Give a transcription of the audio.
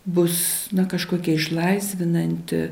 bus kažkokia išlaisvinanti